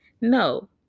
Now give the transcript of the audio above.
No